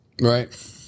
Right